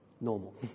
normal